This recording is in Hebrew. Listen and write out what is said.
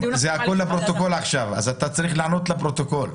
עכשיו הכול לפרוטוקול, ואתה צריך לענות לפרוטוקול.